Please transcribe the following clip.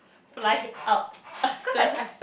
fly up after